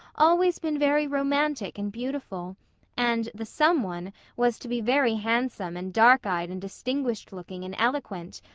always been very romantic and beautiful and the some one was to be very handsome and dark-eyed and distinguished-looking and eloquent,